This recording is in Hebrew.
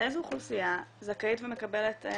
איזה אוכלוסייה זכאית ומקבלת,